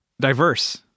diverse